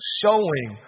showing